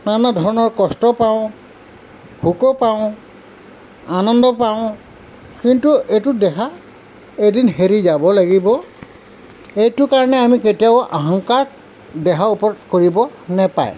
নানা ধৰণৰ কষ্ট পাওঁ শোকো পাওঁ আনন্দ পাওঁ কিন্তু এইটো দেহা এদিন এৰি যাব লাগিব এইটো কাৰণে আমি কেতিয়াও আহংকাৰ দেহা ওপৰত কৰিব নাপায়